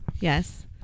Yes